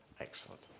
Excellent